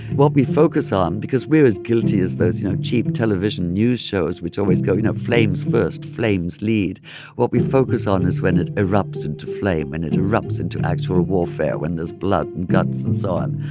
what we focus on because we're as guilty as those, you know, cheap television news shows, which always go, you know, flames first, flames lead what we focus on is when it erupts into flame and it erupts into actual warfare, when there's blood and guts and so on.